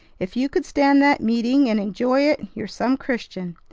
if you could stand that meeting and enjoy it, you're some christian!